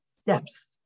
steps